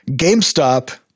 GameStop